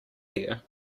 here